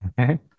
Okay